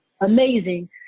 amazing